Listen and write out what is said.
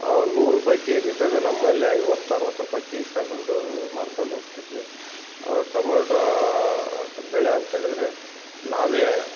ಆ ಒಂದು ನೂರು ರೂಪೈ ಕೆಜಿ ಇದ್ದಾಗ ನಮ್ಮಲ್ಲಿ ಐವತ್ತು ಅರವತ್ತು ರೂಪೈ ಕೆಜಿ ತಗೊಂಡೂ ಮಾರ್ಕೊಂಡ್ ಹೋಗ್ತಿದ್ವಿ ಟಮೊಟಾ ಬೆಳೆ ಅಂತೇಳಿದರೆ ನಾವೆ